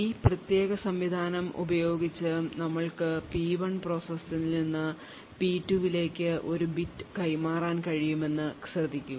ഈ പ്രത്യേക സംവിധാനം ഉപയോഗിച്ച് ഞങ്ങൾക്ക് P1 പ്രോസസ്സിൽ നിന്ന് P2 ലേക്ക് ഒരു ബിറ്റ് കൈമാറാൻ കഴിയുമെന്നത് ശ്രദ്ധിക്കുക